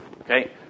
Okay